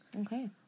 okay